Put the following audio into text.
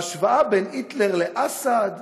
ההשוואה בין היטלר לאסד,